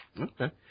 Okay